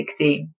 16